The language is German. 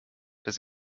das